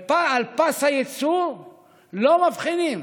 על פס הייצור לא מבחינים